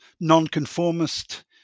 non-conformist